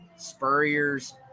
Spurrier's